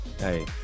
hey